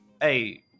hey